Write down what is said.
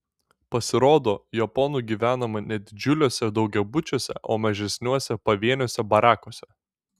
pasirodo japonų gyvenama ne didžiuliuose daugiabučiuose o mažesniuose pavieniuose barakuose